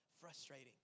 frustrating